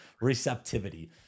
receptivity